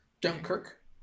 Dunkirk